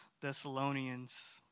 Thessalonians